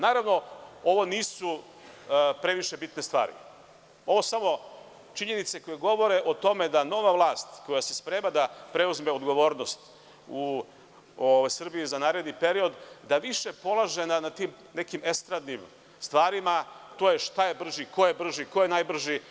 Naravno, ovo nisu previše bitne stvari, ovo su samo činjenice koje govore o tome da nova vlast koja se sprema da preuzme odgovornost u Srbiji za naredni period, da više polaže na tim nekim estradnim stvarima, a to je ko je brži, ko je najbrži.